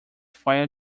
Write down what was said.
fire